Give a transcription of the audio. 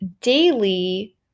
daily